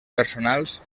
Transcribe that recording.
personals